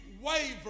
waver